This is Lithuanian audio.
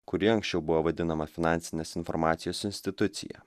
kuri anksčiau buvo vadinama finansinės informacijos institucija